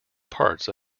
parts